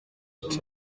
its